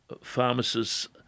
pharmacists